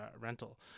rental